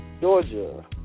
Georgia